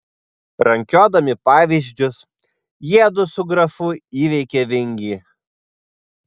rankiodami pavyzdžius jiedu su grafu įveikė vingį